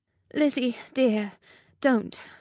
lizzy dear don't,